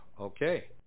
Okay